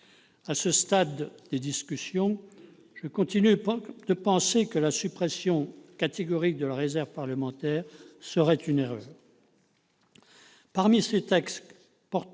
À ce stade des discussions, je continue de penser que la suppression catégorique de la réserve parlementaire serait une erreur.